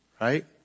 Right